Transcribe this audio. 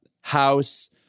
house